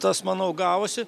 tas manau gavosi